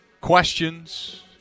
questions